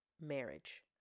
marriage